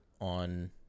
on